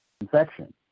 infection